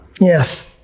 Yes